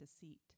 deceit